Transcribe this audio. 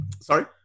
Sorry